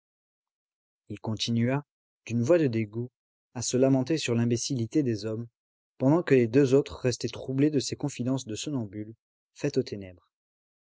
il continua d'une voix de dégoût à se lamenter sur l'imbécillité des hommes pendant que les deux autres restaient troublés de ces confidences de somnambule faites aux ténèbres